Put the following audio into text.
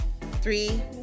three